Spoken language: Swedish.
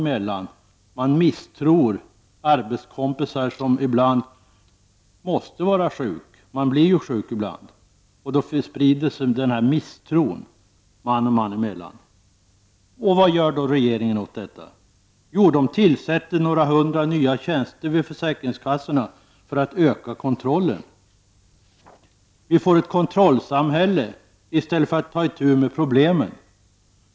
Man misstror arbetskompisar som ibland måste vara sjuka. Människor blir ju sjuka ibland! Och då sprider sig denna misstro man och man emellan. Vad gör då regeringen åt detta? Jo, den tillsätter några hundra nya tjänster vid försäkringskassorna för att öka kontrollen. Vi får ett kontrollsamhälle i stället för att ta itu med problemen.